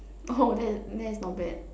oh that is that is not bad